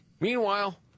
Meanwhile